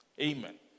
Amen